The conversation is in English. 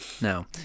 no